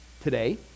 today